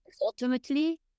ultimately